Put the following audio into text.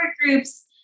groups